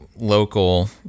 local